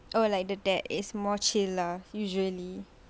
oh like the dad is more chill lah usually